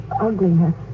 ugliness